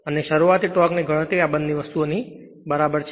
અને શરૂઆતી ટોર્કની ગણતરી આ બંને વસ્તુઓની બરાબર છે